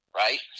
right